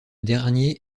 dernier